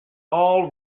all